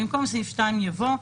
במקום סעיף 2 יבוא :